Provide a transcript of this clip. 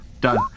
Done